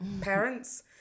parents